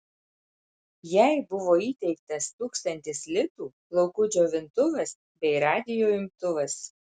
jai buvo įteiktas tūkstantis litų plaukų džiovintuvas bei radijo imtuvas